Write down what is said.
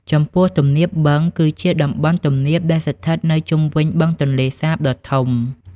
ចំពោះ ទំនាបបឹង គឺជាតំបន់ទំនាបដែលស្ថិតនៅជុំវិញបឹងទន្លេសាបដ៏ធំ។